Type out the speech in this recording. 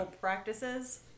practices